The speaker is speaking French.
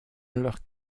leur